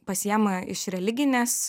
pasiema iš religinės